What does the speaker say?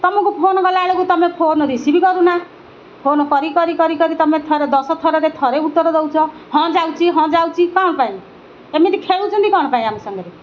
ତୁମକୁ ଫୋନ୍ କଲାବେଳକୁ ତୁମେ ଫୋନ୍ ରିସିଭ୍ କରୁନା ଫୋନ୍ କରି କରି କରି କରି ତୁମେ ଥରେ ଦଶ ଥରରେ ଥରେ ଉତ୍ତର ଦଉଛ ହଁ ଯାଉଛି ହଁ ଯାଉଛି କ'ଣ ପାଇଁ ଏମିତି ଖେଳୁଛନ୍ତି କ'ଣ ପାଇଁ ଆମ ସାଙ୍ଗରେ